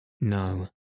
No